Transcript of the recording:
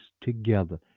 together